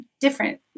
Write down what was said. different